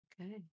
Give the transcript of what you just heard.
okay